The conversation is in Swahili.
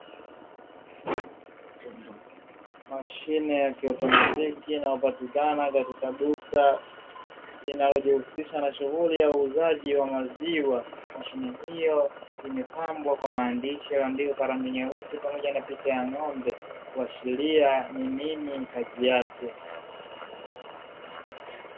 Mashine ya kiautomatiki inayopatikana katika duka linalojihusisha na shughuli ya uuzaji wa maziwa, mashine imepambwa kwa maandishi yaliyoandikwa kwa rangi nyeusi pamoja na picha ya n'gombe kuashiria ni nini kazi yake.